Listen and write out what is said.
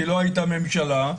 היא לא הייתה ממשלה,